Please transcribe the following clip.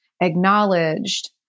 acknowledged